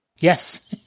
Yes